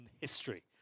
history